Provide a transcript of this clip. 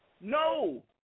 No